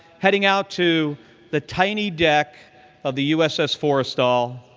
heading out to the tiny deck of the uss forrestal,